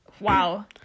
Wow